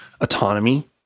autonomy